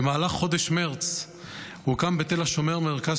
במהלך חודש מרץ הוקם בתל השומר מרכז